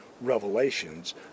revelations